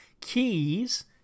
keys